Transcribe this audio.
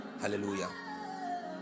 Hallelujah